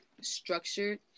structured